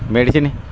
medicine